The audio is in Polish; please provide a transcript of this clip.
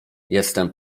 jestem